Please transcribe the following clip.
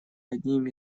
одним